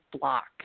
block